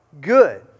good